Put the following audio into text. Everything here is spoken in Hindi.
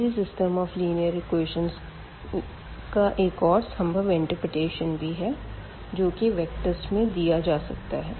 इसी सिस्टम ऑफ लीनियर इक्वेशन का एक और संभव इंटर्प्रेटेशन भी है जो कि वेक्टर्स में दिया जा सकता है